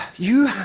you